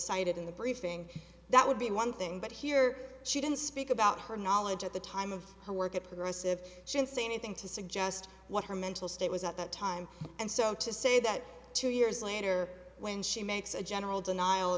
cited in the briefing that would be one thing but here she didn't speak about her knowledge at the time of her work at progressive should say anything to suggest what her mental state was at that time and so to say that two years later when she makes a general denial o